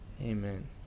amen